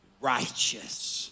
righteous